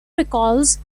recalls